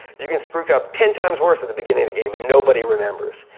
you can screw up ten times worse at the beginning of the game and nobody remembers.